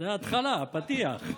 זו התחלה, פתיח.